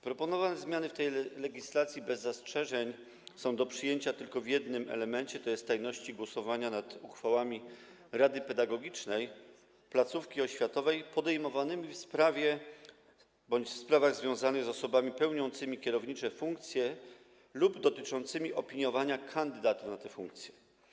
Proponowane zmiany w tej legislacji są do przyjęcia bez zastrzeżeń tylko w jednym elemencie, tj. tajności głosowania nad uchwałami rady pedagogicznej placówki oświatowej podejmowanymi w sprawie bądź w sprawach związanych z osobami pełniącymi kierownicze funkcje lub dotyczącymi opiniowania kandydatów na te funkcje.